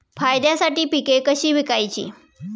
फायद्यासाठी पिके कशी विकायची?